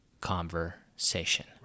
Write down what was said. conversation